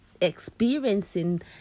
experiencing